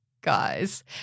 guys